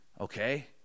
Okay